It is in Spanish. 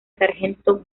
sargento